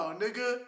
nigga